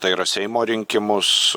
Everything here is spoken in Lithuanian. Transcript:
tai yra seimo rinkimus